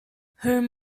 whom